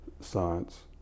science